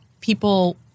people